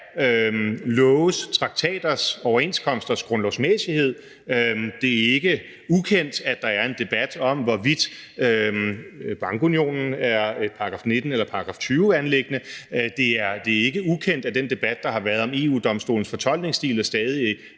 loves, traktaters, overenskomsters grundlovsmæssighed. Det er ikke ukendt, at der er en debat om, hvorvidt bankunionen er et § 19-anliggende eller et § 20-anliggende. Det er ikke ukendt, at der har været den debat om, hvorvidt EU-Domstolens fortolkningsstil og stadige